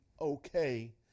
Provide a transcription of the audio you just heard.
okay